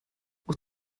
wyt